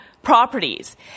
Properties